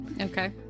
okay